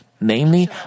namely